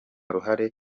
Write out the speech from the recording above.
ruhare